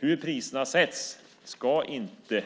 Hur priserna sätts ska inte